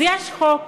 אז יש חוק.